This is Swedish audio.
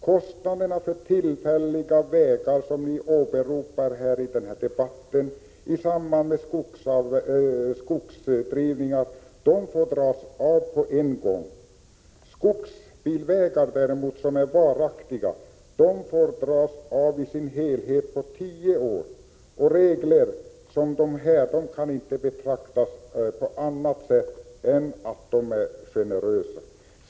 Kostnaderna för tillfälliga vägar, som ni åberopar i debatten, i samband med skogsdrivningar får dras av på en gång. Skogsbilvägar, som däremot är varaktiga, får skrivas av i sin helhet på tio år. Regler som dessa kan inte betraktas på annat sätt än som generösa.